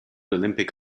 olympic